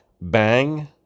Bang